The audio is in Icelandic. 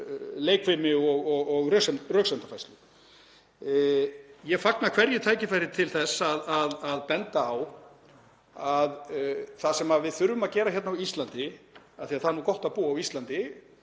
leikfimi og röksemdafærslu. Ég fagna hverju tækifæri til að benda á að það sem við þurfum að gera hérna á Íslandi — af því að það er gott að búa á Íslandi